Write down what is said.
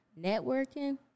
networking